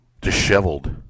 disheveled